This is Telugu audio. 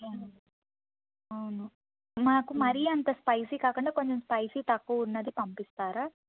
అవును మాకు మరీ అంత స్పైసీ కాకుండా కొంచెం స్పైసీ తక్కువ ఉన్నది పంపిస్తారా